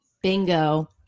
Bingo